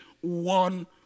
one